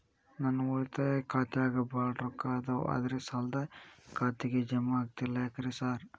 ನನ್ ಉಳಿತಾಯ ಖಾತ್ಯಾಗ ಬಾಳ್ ರೊಕ್ಕಾ ಅದಾವ ಆದ್ರೆ ಸಾಲ್ದ ಖಾತೆಗೆ ಜಮಾ ಆಗ್ತಿಲ್ಲ ಯಾಕ್ರೇ ಸಾರ್?